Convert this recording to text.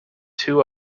two